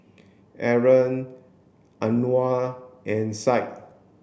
Aaron Anuar and Syed